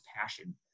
passion